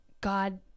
God